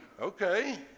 Okay